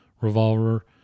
revolver